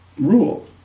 rule